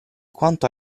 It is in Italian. quanto